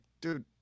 dude